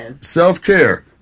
self-care